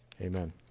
amen